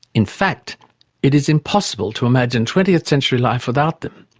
in fact it is impossible to imagine twentieth century life without them,